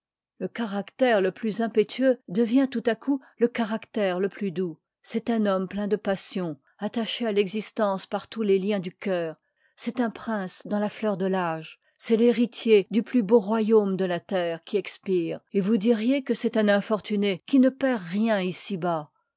le caractère le plus impétueux devient tout coup le caractère le plus doux c'est un homme plein de passions attaché à l'existence par tous les liens du cœur c'est un prince dans la fleur de l'âge c'est l'héritier du plus beau royaume de la terre qui expire et vous diriez que c'est un infortuné qui ne perd rien ici bas